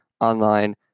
online